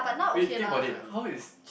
wait think about it how is